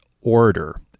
order